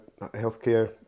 healthcare